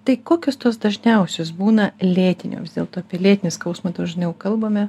tai kokios tos dažniausios būna lėtinio vis dėlto apie lėtinį skausmą dažniau kalbame